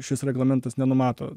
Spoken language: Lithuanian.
šis reglamentas nenumato